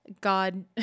God